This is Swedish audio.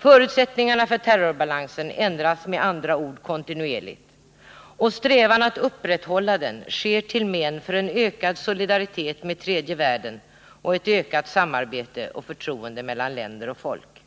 Förutsättningarna för terrorbalansen ändras med andra ord kontinuerligt, och strävan att upprätthålla den sker till men för en ökad solidaritet med tredje världen och ett ökat samarbete och förtroende mellan länder och folk.